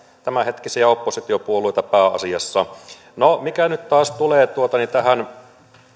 tämänhetkisiä oppositiopuolueita pääasiassa mitä nyt taas tulee tähän